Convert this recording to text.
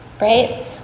right